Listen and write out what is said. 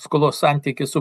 skolos santykis su